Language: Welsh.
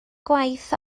gwaith